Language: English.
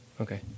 Okay